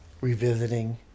revisiting